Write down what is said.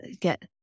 get